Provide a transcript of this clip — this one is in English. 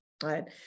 Right